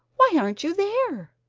why aren't you there?